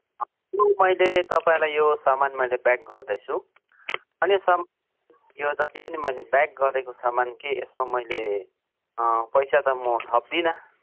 अस्ति मैले तपाईँलाई यो सामान मैले ब्याक गर्दैछु अनि सामान यो जति पनि मैले ब्याक गरेको सामान के यसमा मैले पैसा त म थप्दिन